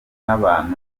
n’abantu